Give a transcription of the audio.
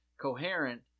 coherent